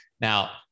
Now